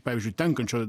pavyzdžiui tenkančio